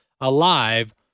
alive